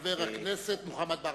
חבר הכנסת ברכה.